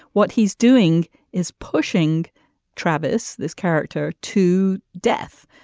what he's doing is pushing travis this character to death.